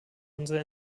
unsere